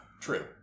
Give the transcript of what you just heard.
True